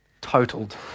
totaled